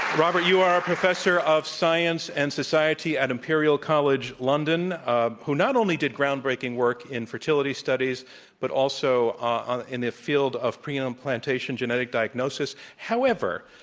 robert, you are a professor of science and society at imperial college, london um who not only did groundbreaking work in fertility studies but also ah in the field of prenatal implantation, genetic diagnosis. however,